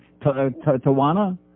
Tawana